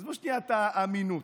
עזבו שנייה את האמינות,